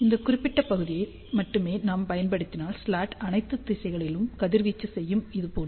இந்த குறிப்பிட்ட பகுதியை மட்டுமே நாம் பயன்படுத்தினால் ஸ்லாட் அனைத்து திசைகளிலும் கதிர்வீச்சு செய்யும் இது போன்று